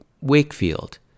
Wakefield